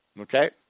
Okay